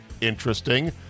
Interesting